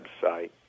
website